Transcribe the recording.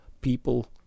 people